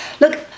Look